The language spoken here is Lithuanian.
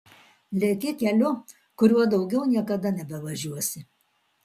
leki keliu kuriuo daugiau niekada nebevažiuosi